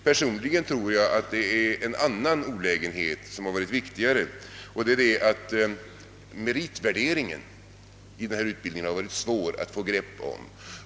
Personligen tror jag att det är en annan olägenhet som varit viktigare, och det är den att det varit svårt att få grepp om meritvärderingen i denna utbildning.